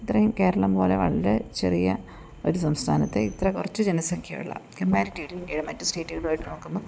ഇത്രയും കേരളം പോലെ വളരെ ചെറിയ ഒരു സംസ്ഥാനത്തെ ഇത്ര കുറച്ച് ജനസംഖ്യ ഉള്ള കമ്പാരിറ്റിവിലി ഇന്ത്യയിലെ മറ്റു സ്റ്റേറ്റുകളുമായിട്ട് നോക്കുമ്പോൾ